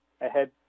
ahead